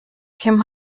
kim